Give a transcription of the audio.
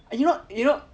you know you know